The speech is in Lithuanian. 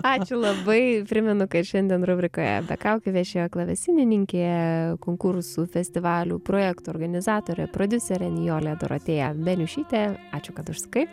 ačiū labai primenu kad šiandien rubrikoje be kaukių viešėjo klavesinininkė konkursų festivalių projektų organizatorė prodiuserė nijolė dorotėja beniušytė ačiū kad užsukai